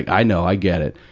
i know, i get it.